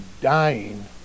dying